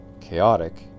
Chaotic